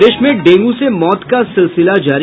प्रदेश में डेंगू से मौत का सिलसिल जारी